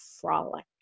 frolic